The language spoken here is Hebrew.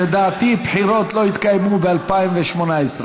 לדעתי, בחירות לא יתקיימו ב-2018.